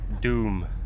Doom